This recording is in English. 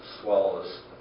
swallows